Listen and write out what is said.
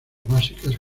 básicas